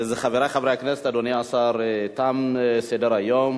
חברי חברי הכנסת, אדוני השר, תם סדר-היום.